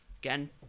Again